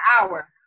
hour